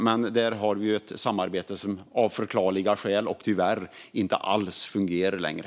Men där har vi ett samarbete som av förklarliga skäl - och tyvärr - inte alls fungerar längre.